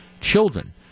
children